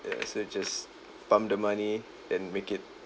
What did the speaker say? ya so you just pump the money and make it